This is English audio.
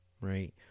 right